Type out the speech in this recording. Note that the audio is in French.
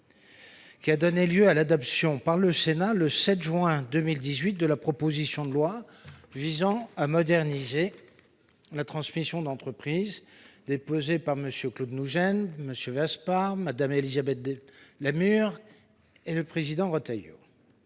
qui a donné lieu à l'adoption, par le Sénat, le 7 juin 2018, de la proposition de loi visant à moderniser la transmission d'entreprise déposée par MM. Claude Nougein et Michel Vaspart, Mme Élisabeth Lamure, M. Bruno Retailleau